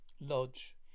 Lodge